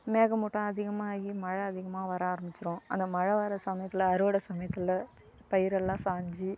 மேகமூட்டம் அதிகமாகி மழை அதிகமாக வர ஆரம்பிச்சிடும் அந்த மழை வர சமயத்தில் அறுவடை சமயத்தில் பயிரெல்லாம் சாஞ்சு